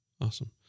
Awesome